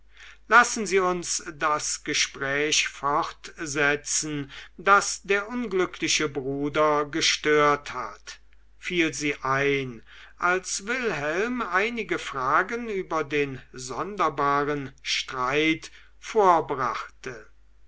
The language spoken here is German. lassen sie uns das gespräch fortsetzen das der unglückliche bruder gestört hat fiel sie ein als wilhelm einige fragen über den sonderbaren streit vorbrachte